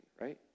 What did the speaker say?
right